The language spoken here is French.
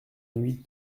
nuit